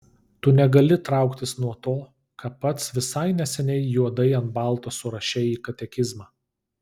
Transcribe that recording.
tu negali trauktis nuo to ką pats visai neseniai juodai ant balto surašei į katekizmą